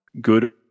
good